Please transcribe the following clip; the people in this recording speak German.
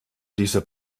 dieser